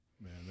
Man